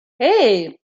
hey